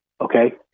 Okay